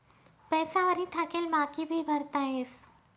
पैसा वरी थकेल बाकी भी भरता येस